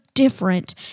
different